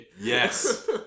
Yes